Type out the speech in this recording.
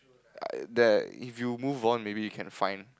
I that if you move on maybe you can find